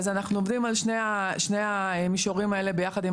אנחנו עובדים על שני המישורים האלה ביחד עם